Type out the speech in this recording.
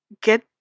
get